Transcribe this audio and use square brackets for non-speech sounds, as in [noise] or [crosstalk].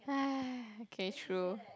[noise] okay true